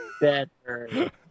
better